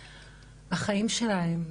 החיים שלה היו